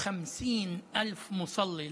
להלן תרגומם: המראה של 250,000 המתפללים,